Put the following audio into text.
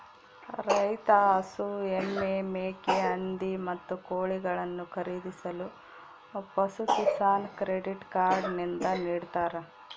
ರೈತ ಹಸು, ಎಮ್ಮೆ, ಮೇಕೆ, ಹಂದಿ, ಮತ್ತು ಕೋಳಿಗಳನ್ನು ಖರೀದಿಸಲು ಪಶುಕಿಸಾನ್ ಕ್ರೆಡಿಟ್ ಕಾರ್ಡ್ ನಿಂದ ನಿಡ್ತಾರ